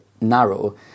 narrow